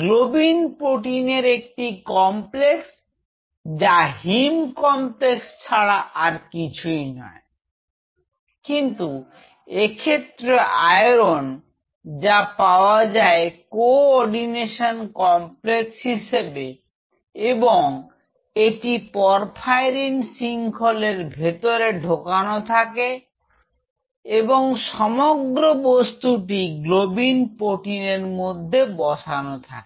globin প্রোটিনের একটি complex যা হিম কমপ্লেক্স ছাড়া আর কিছুই নয় কিন্তু এক্ষেত্রে আয়রন যা পাওয়া যায় কো অর্ডিনেশন কম্প্লেক্স হিসেবে এবং এবং এটি পরফাইরিন শৃংখল এর ভেতরে ঢোকানো থাকে এবং সমগ্র বস্তুটি গ্লোবিন প্রোটিনের মধ্যে বসানো থাকে